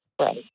Right